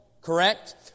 Correct